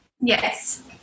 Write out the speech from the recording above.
Yes